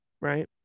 right